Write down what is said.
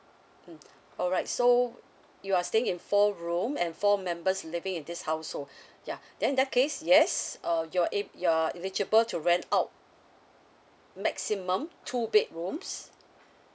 mm alright so you are staying in four room and four members living in this household ya then that case yes uh you're e~ you are eligible to rent out maximum two bedrooms